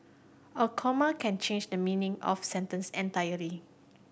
a comma can change the meaning of sentence entirely